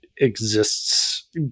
exists